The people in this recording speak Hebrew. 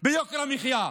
כאן ביוקר המחיה,